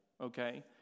okay